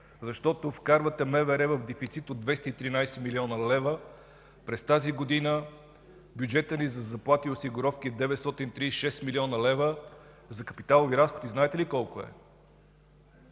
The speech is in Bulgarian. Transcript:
защото вкарвате МВР в дефицит от 213 млн. лв. През тази година бюджетът ни за заплати и осигуровки е 936 млн. лв., а за капиталови разходи знаете ли колко е?